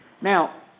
now